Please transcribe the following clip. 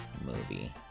movie